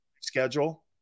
schedule